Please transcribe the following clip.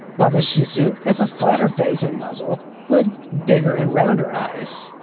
while the shih tzu has a flatter face and muzzle with bigger and rounder eyes.